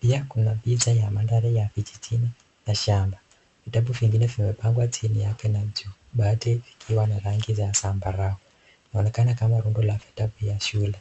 Pia kuna picha ya mandhari ya vijijini na shamba. Vitabu vingine vimepangwa chini yake na juu, baadhi vikiwa na rangi za zambarau. Inaonekana kama rundo la vitabu ya shule.